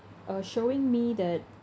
uh showing me that